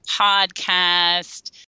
podcast